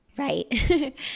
Right